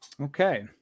Okay